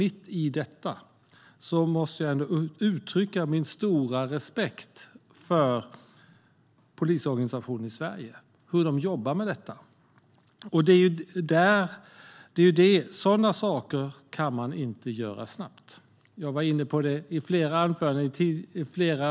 Mitt i detta måste jag uttrycka min stora respekt för polisorganisationen i Sverige och hur man jobbar med detta. Sådana saker kan man inte göra snabbt. Jag var inne på det i flera av mina inlägg tidigare.